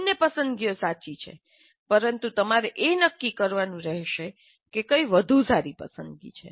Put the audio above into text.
બંને પસંદગીઓ સાચી છે પરંતુ તમારે એ નક્કી કરવાનું રહેશે કે કઈ વધુ સારી પસંદગી છે